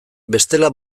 bestela